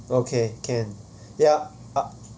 okay can ya